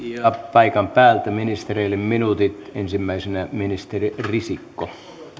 paikan päältä ministereille minuutit ensimmäisenä ministeri risikko